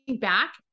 back